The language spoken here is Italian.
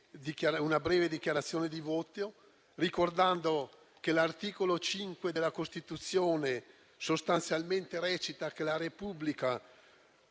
una breve dichiarazione di voto, ricordando che l'articolo 5 della Costituzione sostanzialmente recita che la Repubblica,